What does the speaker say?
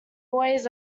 boys